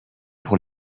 pour